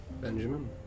Benjamin